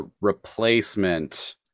replacement